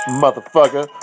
motherfucker